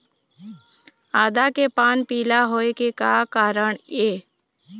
आदा के पान पिला होय के का कारण ये?